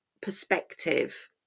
perspective